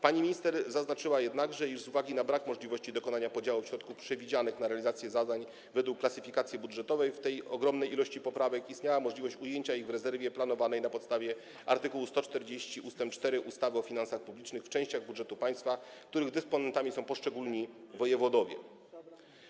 Pani minister zaznaczyła jednakże, iż z uwagi na brak możliwości dokonania podziału środków przewidzianych na realizację zadań według klasyfikacji budżetowej w tej ogromnej ilości poprawek istniała możliwość ujęcia ich w rezerwie planowanej na podstawie art. 140 ust. 4 ustawy o finansach publicznych w częściach budżetu państwa, których dysponentami są poszczególni wojewodowie.